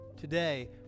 Today